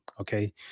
Okay